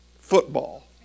football